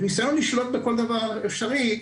בניסיון לשלוט בכל דבר אפשרי,